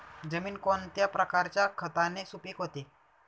जमीन कोणत्या प्रकारच्या खताने सुपिक होते?